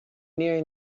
nearing